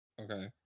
Okay